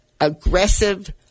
aggressive